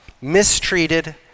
Mistreated